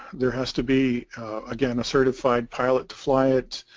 there has to be again a certified pilot to fly it